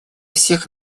всех